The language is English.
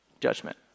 judgment